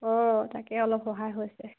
অঁ তাকে অলপ সহায় হৈছে